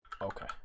Okay